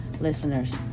listeners